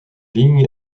ligne